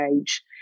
age